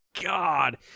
God